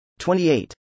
28